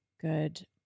good